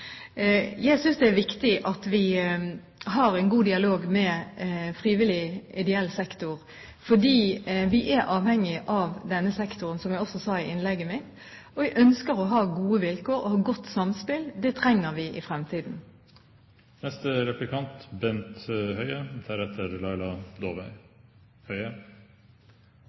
Jeg synes det er viktig at vi har en god dialog med frivillig ideell sektor fordi vi er avhengig av denne sektoren, som jeg også sa i innlegget mitt. Jeg ønsker å ha gode vilkår og et godt samspill. Det trenger vi i